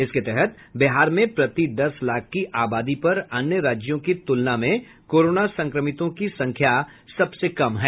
इसके तहत बिहार में प्रति दस लाख की आबादी पर अन्य राज्यों की तुलना में कोरोना संक्रमितों की संख्या सबसे कम है